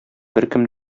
беркем